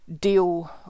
deal